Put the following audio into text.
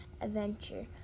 adventure